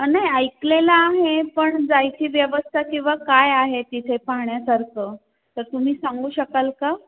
नाही ऐकलेलं आहे पण जायची व्यवस्था किंवा काय आहे तिथे पाहण्यासारखं तर तुम्ही सांगू शकाल का